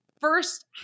first